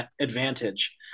advantage